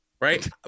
Right